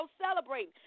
celebrating